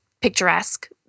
picturesque